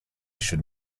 should